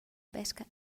pesca